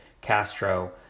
Castro